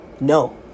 no